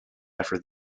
after